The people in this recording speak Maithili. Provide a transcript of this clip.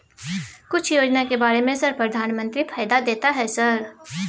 कुछ योजना के बारे में सर प्रधानमंत्री फायदा देता है सर?